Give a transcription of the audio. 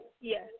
Yes